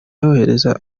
yohereza